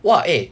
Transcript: !wah! eh